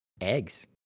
eggs